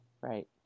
Right